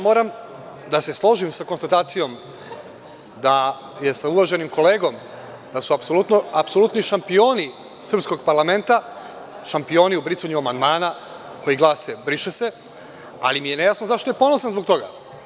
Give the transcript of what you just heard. Moram da se složim sa konstatacijom da je sa uvaženim kolegom, da su apsolutni šampioni srpskog parlamenta, šampioni u brisanju amandmana koji glase – briše se, ali mi je nejasno zašto je ponosan zbog toga.